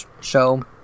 show